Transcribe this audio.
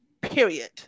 Period